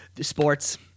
sports